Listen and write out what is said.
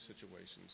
situations